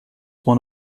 one